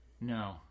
No